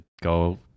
go